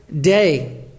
day